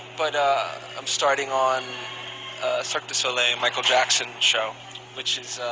but ah starting on cirque du soleil michael jackson show which